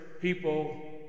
people